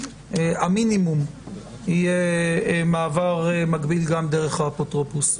המינימום יהיה מעבר מקביל גם דרך האפוטרופוס.